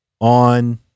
on